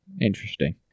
interesting